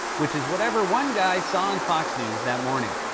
which is whatever one guy saw on fox news that morning.